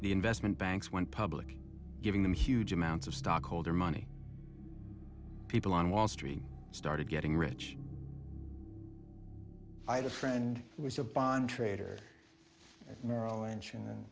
the investment banks went public giving them huge amounts of stockholder money people on wall street started getting rich i had a friend who was a bond trader merrill lynch and